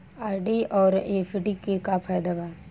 RD आउर FD के का फायदा बा?